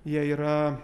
jie yra